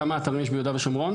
כמה אתרים יש ביהודה ושומרון?